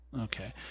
Okay